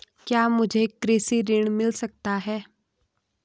क्या मुझे कृषि ऋण मिल सकता है?